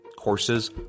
Courses